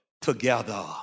together